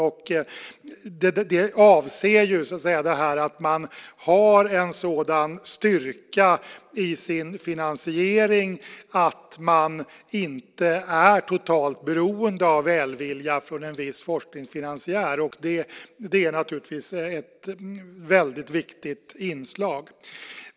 Det avser ju detta att man har en sådan styrka i sin finansiering att man inte är totalt beroende av välvilja från en viss forskningsfinansiär. Det är naturligtvis ett väldigt viktigt inslag.